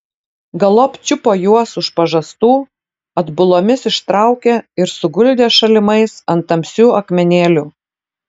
galop čiupo juos už pažastų atbulomis ištraukė ir suguldė šalimais ant tamsių akmenėlių